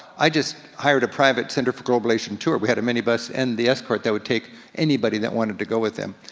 i just hired a private center for global education so and tour, we had a minibus and the escort that would take anybody that wanted to go with them.